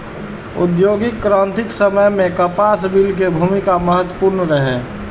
औद्योगिक क्रांतिक समय मे कपास मिल के भूमिका महत्वपूर्ण रहलै